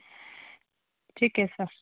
ठीक है सर